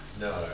No